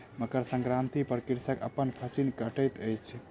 मकर संक्रांति पर कृषक अपन फसिल कटैत अछि